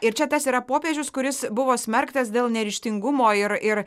ir čia tas yra popiežius kuris buvo smerktas dėl neryžtingumo ir ir